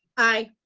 aye.